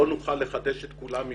לא נוכל לחדש את כולם.